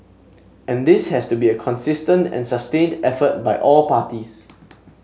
and this has to be a consistent and sustained effort by all parties